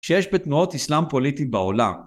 שיש בתנועות איסלאם פוליטי בעולם.